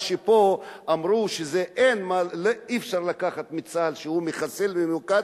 מה שפה אמרו שאי-אפשר לקחת מצה"ל שהוא מחסל ממוקד,